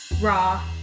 Raw